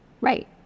Right